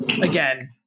again